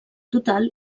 total